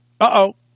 uh-oh